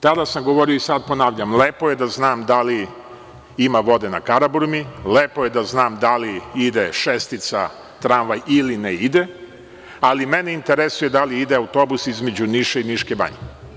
Tada sam govorio i sada ponavljam, lepo je da znam da li ima vode na Karaburmi, lepo je da znam da li ide šestica tramvaj ili ne ide, ali mene interesuje da li ide autobus između Niša i Niške banje.